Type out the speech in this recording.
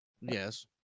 Yes